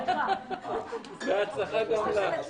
בכל התפקידים שעשית, ממה שאני יודע, הצלחת.